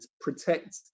protect